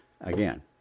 Again